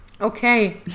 Okay